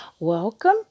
Welcome